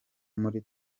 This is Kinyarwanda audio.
muri